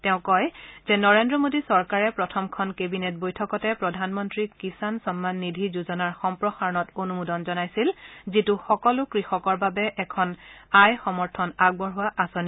তেওঁ কয় যে নৰেন্দ্ৰ মোদী চৰকাৰে প্ৰথমখন কেবিনেট বৈঠকতে প্ৰধানমন্ত্ৰী কিষাণ সন্মান নিধি যোজনাৰ সম্প্ৰসাৰণত অনুমোদন জনাইছিল যিটো সকলো কৃষকৰ বাবে এখন আয় সমৰ্থন আগবঢ়োৱা আঁচনি